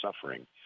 suffering